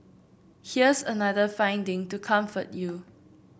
here's another finding to comfort you